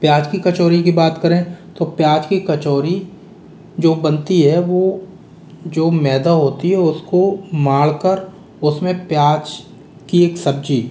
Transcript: प्याज की कचौड़ी की बात करें तो प्याज की कचौड़ी जो बनती है वो जो मैदा होती है उसको माड़कर उसमें प्याज की एक सब्ज़ी